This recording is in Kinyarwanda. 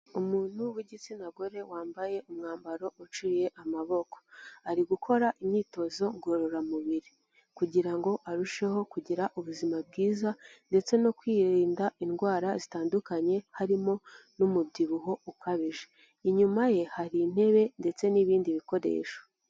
Umuntu w'igitsina gore, wambaye umwambaro uciye amaboko. Ari gukora imyitozo ngororamubiri kugira ngo arusheho kugira ubuzima bwiza, ndetse no kwirinda indwara zitandukanye harimo n'umubyibuho ukabije. Inyuma ye, hari intebe ndetse n'ibindi bikoresho.